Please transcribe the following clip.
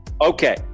Okay